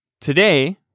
Today